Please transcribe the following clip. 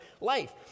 life